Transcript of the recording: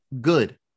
good